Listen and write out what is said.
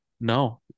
no